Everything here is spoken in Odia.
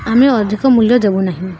ଆମେ ଅଧିକ ମୂଲ୍ୟ ଦେବୁନାହିଁ